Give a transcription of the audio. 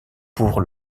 pour